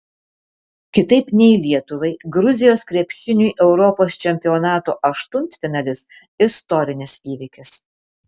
kitaip nei lietuvai gruzijos krepšiniui europos čempionato aštuntfinalis istorinis įvykis